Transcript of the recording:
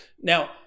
Now